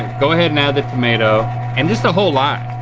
go ahead and add the tomato and just a whole lime.